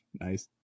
Nice